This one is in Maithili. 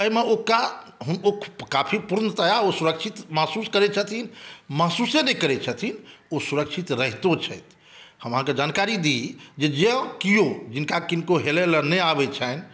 एहिमे हुनका ओ काफ़ी पूर्णतया ओ सुरक्षित महसूस करै छथिन महसूसे नहि करै छथिन ओ सुरक्षित रहितो छथि हम अहाँके जानकारी दी जे जँ केओ जिनका किनको हेलै लए नहि आबै छनि